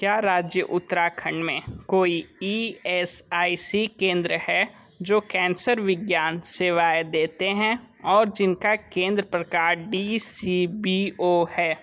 क्या राज्य उत्तराखंड में कोई ई एस आई सी केंद्र है जो कैंसर विज्ञान सेवाएँ देते हैं और जिनका केंद्र प्रकार डी सी बी ओ है